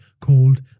called